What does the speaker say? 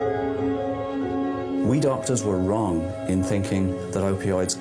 אותה ואז להבין איך אנחנו ומה אחריותנו להתמודד עם התופעות וההשלכות,